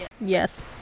yes